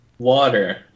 Water